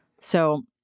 So-